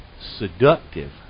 seductive